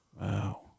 wow